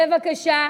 בבקשה.